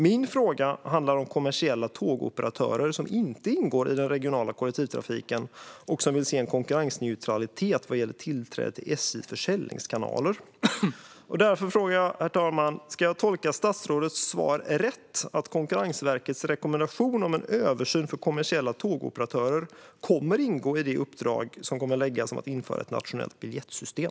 Min fråga handlar om kommersiella tågoperatörer som inte ingår i den regionala kollektivtrafiken och som vill se en konkurrensneutralitet vad gäller tillträde till SJ:s försäljningskanaler. Herr talman! Ska jag tolka statsrådets svar "rätt" att Konkurrensverkets rekommendation om en översyn för kommersiella tågoperatörer kommer att ingå i det uppdrag som kommer att läggas fram om att införa ett nationellt biljettsystem?